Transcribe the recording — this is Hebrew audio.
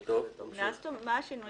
זה סעיף